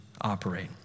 operate